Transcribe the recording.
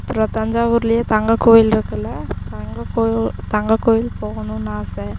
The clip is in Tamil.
அப்பறம் தஞ்சாவூர்லேயே தங்க கோவிலு இருக்குல்ல தங்க கோ தங்க கோவிலு போகணும்னு ஆசை